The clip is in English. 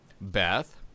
Beth